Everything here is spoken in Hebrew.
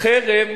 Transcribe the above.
חרם